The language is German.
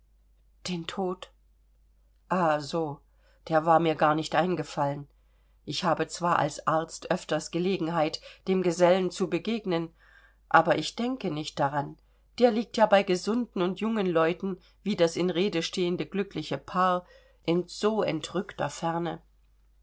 den tod ah so der war mir gar nicht eingefallen ich habe zwar als arzt öfters gelegenheit dem gesellen zu begegnen aber ich denke nicht daran der liegt ja bei gesunden und jungen leuten wie das in rede stehende glückliche paar in so entrückter ferne